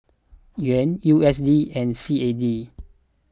Yuan U S D and C A D